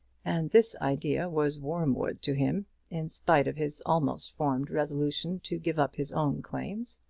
and this idea was wormwood to him in spite of his almost formed resolution to give up his own claims.